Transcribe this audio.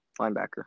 linebacker